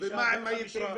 ומה עם היתרה?